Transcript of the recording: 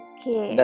Okay